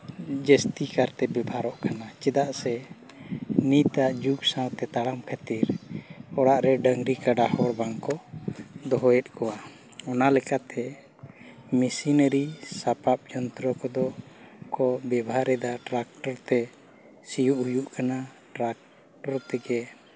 ᱡᱟᱹᱥᱛᱤ ᱠᱟᱨᱛᱮ ᱵᱮᱵᱚᱦᱟᱨᱚᱜ ᱠᱟᱱᱟ ᱪᱮᱫᱟᱜ ᱥᱮ ᱱᱤᱛᱟᱜ ᱡᱩᱜᱽ ᱥᱟᱶᱛᱮ ᱛᱟᱲᱟᱢ ᱠᱷᱟᱹᱛᱤᱨ ᱚᱲᱟᱜ ᱨᱮ ᱰᱟᱹᱝᱨᱤ ᱠᱟᱰᱟ ᱦᱚᱸ ᱵᱟᱝ ᱠᱚ ᱫᱚᱦᱚᱭᱮᱫ ᱠᱚᱣᱟ ᱚᱱᱟ ᱞᱮᱠᱟᱛᱮ ᱢᱮᱥᱤᱱᱟᱹᱨᱤ ᱥᱟᱯᱟᱯ ᱡᱚᱱᱛᱨᱚ ᱠᱚᱫᱚ ᱠᱚ ᱵᱮᱵᱚᱦᱟᱨᱮᱫᱟ ᱴᱨᱟᱠᱴᱚᱨᱛᱮ ᱥᱤᱭᱳᱜ ᱦᱩᱭᱩᱜ ᱠᱟᱱᱟ ᱴᱨᱟᱠᱴᱚᱨ ᱛᱮᱜᱮ